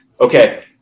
okay